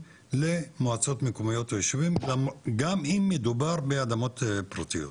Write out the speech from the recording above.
למועצות מקומיות או ישובים גם אם מדובר על באדמות פרטיות.